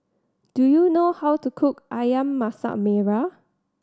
do you know how to cook Ayam Masak Merah